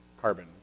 carbon